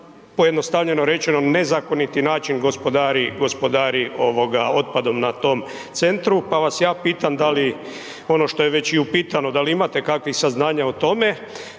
pojednostavljeno rečeno, nezakoniti način gospodari otpadom na tom centru pa vas ja pitam, da li, ono što je već i upitano, da li imate kakvih saznanja o tome?